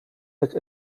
jak